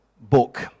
book